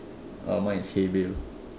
uh mine is hey Bill